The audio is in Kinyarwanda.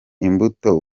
imbuto